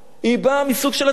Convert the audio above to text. היא באה מסוג של אטימות.